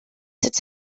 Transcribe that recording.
its